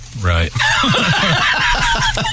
Right